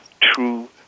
true